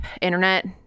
Internet